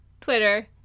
Twitter